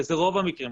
וזה רוב המקרים,